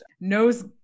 knows